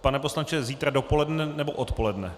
Pane poslanče, zítra dopoledne, nebo odpoledne?